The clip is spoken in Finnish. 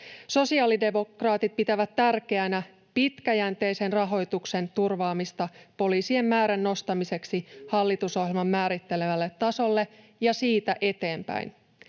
Sosiaalidemokraatit pitävät tärkeänä pitkäjänteisen rahoituksen turvaamista poliisien määrän nostamiseksi [Arto Satosen välihuuto] hallitusohjelman määrittelemälle tasolle ja siitä eteenpäin.